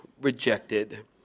Rejected